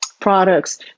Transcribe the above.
products